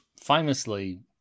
Famously